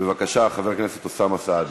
בבקשה, חבר הכנסת אוסאמה סעדי.